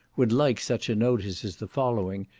would like such notice as the following,